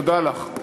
תודה לך.